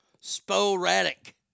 Sporadic